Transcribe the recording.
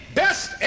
best